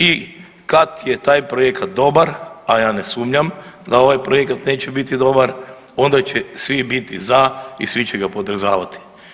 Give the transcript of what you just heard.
I kad je taj projekat dobar, a ja ne sumnjam da ovaj projekat neće biti dobar, onda će svi biti za i svi će ga podržavati.